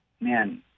man